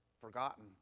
forgotten